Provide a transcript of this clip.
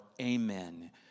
amen